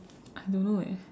I don't know eh